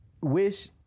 wish